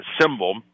symbol